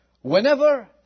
Whenever